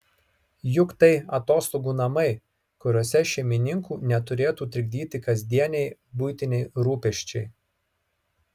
juk tai atostogų namai kuriuose šeimininkų neturėtų trikdyti kasdieniai buitiniai rūpesčiai